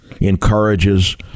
encourages